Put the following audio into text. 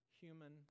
human